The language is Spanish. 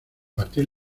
partir